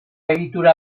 egitura